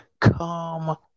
come